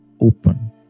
open